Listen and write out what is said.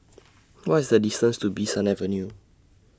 What IS The distance to Bee San Avenue